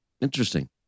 Interesting